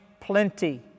plenty